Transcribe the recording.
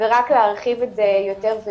ורק להרחיב את זה יותר.